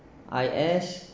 I S